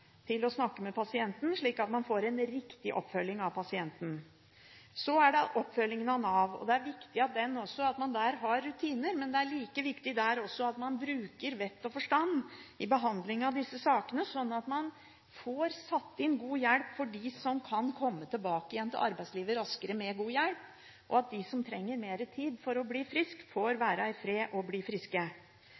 til å snakke med pasienten, slik at man får en riktig oppfølging av pasienten. Så til oppfølgingen av Nav. Det er viktig at man også her har rutiner. Men også her er det like viktig at man bruker vett og forstand i forbindelse med behandlingen av disse sakene, slik at man får satt inn god hjelp for dem som kan komme tilbake igjen til arbeidslivet raskere med god hjelp, og at de som trenger mer tid for å bli friske, får være i fred og bli friske.